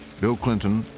bill clinton,